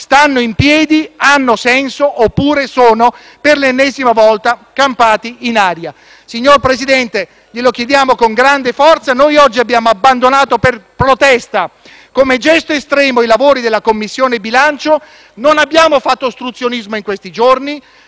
stanno in piedi, hanno senso oppure sono per l'ennesima volta campati in aria. Signor Presidente, glielo chiediamo con grande forza. Noi oggi abbiamo abbandonato per protesta, come gesto estremo, i lavori della Commissione bilancio. Non abbiamo fatto ostruzionismo in questi giorni.